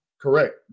Correct